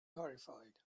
horrified